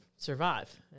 survive